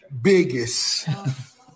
biggest